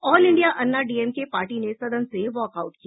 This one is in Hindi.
all India Anna DMK party ने सदन से वॉकआउट किया